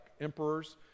emperors